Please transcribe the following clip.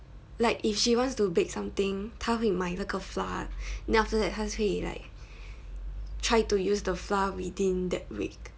like if she wants to bake something 他会买那个 flour then after that 他会 like try to use the flour within that week